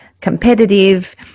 competitive